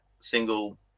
single